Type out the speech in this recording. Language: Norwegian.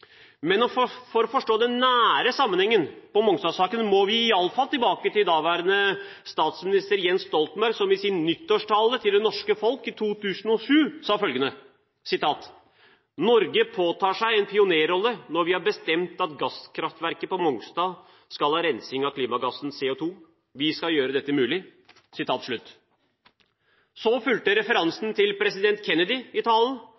Men for å forstå den nære sammenhengen i Mongstad-saken, må vi iallfall tilbake til daværende statsminister Jens Stoltenberg, som i sin nyttårstale til det norske folk i 2007 sa følgende: «Norge påtar seg en pionerrolle når vi har bestemt at gasskraftverket på Mongstad skal ha rensing av klimagassen CO2. Vi skal gjøre dette mulig.» Så fulgte referansen til president Kennedy i talen,